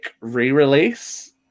re-release